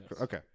okay